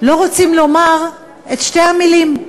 לא רוצים לומר את המילים: